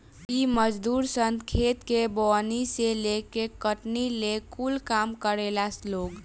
इ मजदूर सन खेत के बोअनी से लेके कटनी ले कूल काम करेला लोग